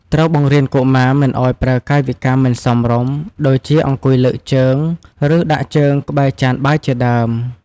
ត្រូវបង្រៀនកុមារ មិនឲ្យប្រើកាយវិការមិនសមរម្យ ដូចជាអង្គុយលើកជើង ឬដាក់ជើងក្បែរចានបាយជាដើម។